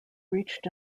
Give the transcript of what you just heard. reached